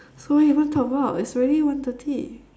so what you going to talk about it's already one thirty